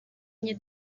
nke